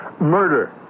murder